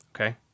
Okay